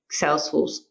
salesforce